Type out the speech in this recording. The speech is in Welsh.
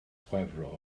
chwefror